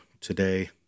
today